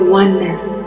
oneness